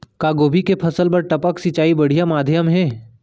का गोभी के फसल बर टपक सिंचाई बढ़िया माधयम हे?